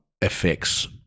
effects